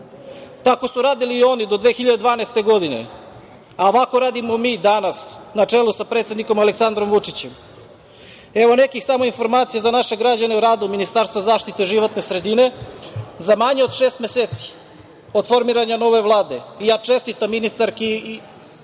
su radili i oni do 2012. godine, a ovako radimo mi danas na čelu sa predsednikom Aleksandrom Vučićem. Evo samo nekih informacija za naše građane o radu Ministarstva zaštite životne sredine. Za manje od šest meseci, od formiranja nove Vlade, ja čestitam ministarki na